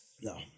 No